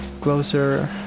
closer